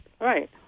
right